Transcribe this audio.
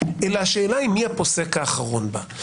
אלא השאלה היא מי הפוסק האחרון בה.